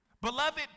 Beloved